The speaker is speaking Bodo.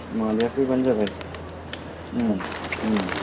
मादैआ फैबानो जाबाय